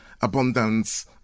abundance